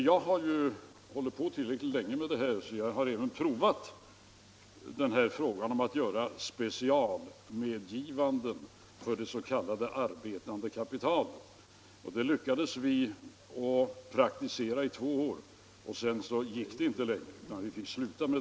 Jag har hållit på så länge med denna fråga att jag även har prövat att göra specialmedgivanden för det s.k. arbetande kapitalet. Det lyckades vi praktisera i två år och sedan gick det inte längre.